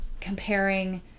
comparing